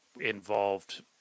involved